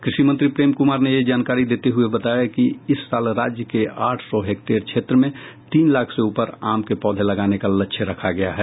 कृषि मंत्री प्रेम कुमार ने ये जानकारी देते हुये बताया कि इस साल राज्य के आठ सौ हेक्टेयर क्षेत्र में तीन लाख से ऊपर आम के पौधे लगाने का लक्ष्य रखा गया है